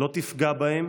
לא תפגע בהם